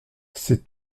ses